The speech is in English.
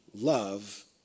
love